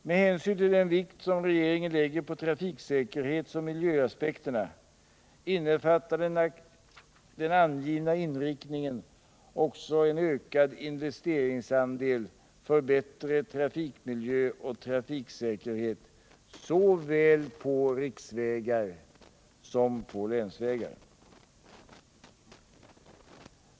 Med hänsyn till den vikt som regeringen lägger på trafiksäkerhetsoch miljöaspekterna innefattar den angivna inriktningen också en ökad investeringsandel för bättre trafikmiljö och trafiksäkerhet såväl på riksvägar som på länsvägar.